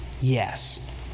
yes